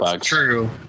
true